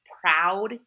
proud